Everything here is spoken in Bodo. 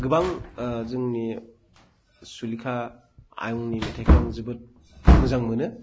गोबां जोंनि सुलेखा आयंनि मेथाइखौ आं जोबोद मोजां मोनो